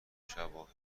شواهد